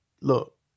look